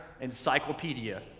encyclopedia